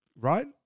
Right